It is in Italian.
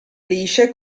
lisce